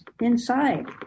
inside